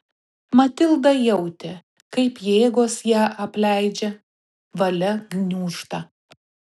matilda jautė kaip jėgos ją apleidžia valia gniūžta